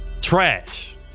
Trash